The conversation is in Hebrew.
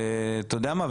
אתה יודע מה,